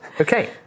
Okay